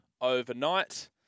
overnight